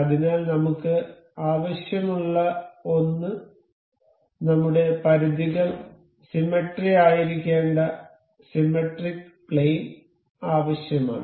അതിനാൽ നമുക്ക് ആവശ്യമുള്ള ഒന്ന് നമ്മുടെ പരിധികൾ സിമെട്രി ആയിരിക്കേണ്ട സിമെട്രിക് പ്ലെയിൻ ആവശ്യമാണ്